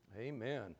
Amen